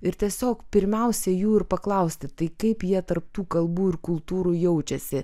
ir tiesiog pirmiausia jų ir paklausti tai kaip jie tarp tų kalbų ir kultūrų jaučiasi